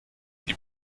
die